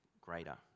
greater